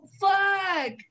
fuck